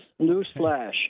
newsflash